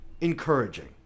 encouraging